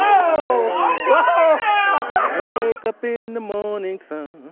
i wake up in the morning sun.